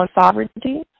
sovereignty